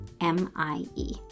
M-I-E